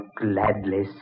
gladly